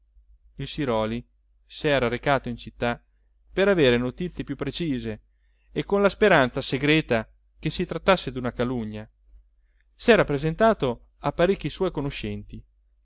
il siròli s'era recato in città per avere notizie più precise e con la speranza segreta che si trattasse d'una calunnia s'era presentato a parecchi suoi conoscenti